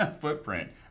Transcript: footprint